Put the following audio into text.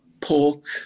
pork